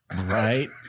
Right